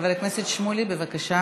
חבר הכנסת שמולי, בבקשה.